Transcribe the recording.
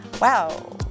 wow